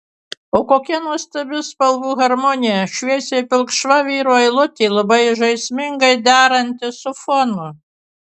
o kokia nuostabi spalvų harmonija šviesiai pilkšva vyro eilutė labai žaismingai deranti su fonu